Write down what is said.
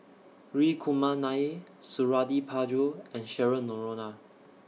Hri Kumar Nair Suradi Parjo and Cheryl Noronha